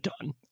done